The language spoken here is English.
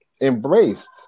embraced